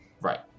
Right